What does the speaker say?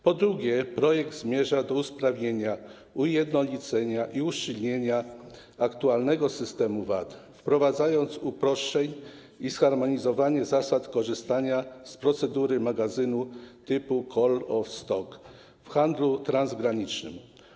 Po drugie, projekt zmierza do usprawnienia, ujednolicenia i uszczelnienia aktualnego systemu VAT, wprowadzając uproszczenia i harmonizując zasady korzystania z procedury magazynu typu call-off stock w handlu transgranicznym.